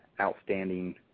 outstanding